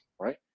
right